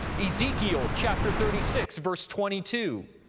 ezekiel, chapter thirty six, verse twenty two.